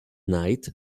night